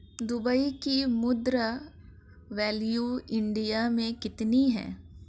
Dubai की मुद्रा value India मे कितनी है?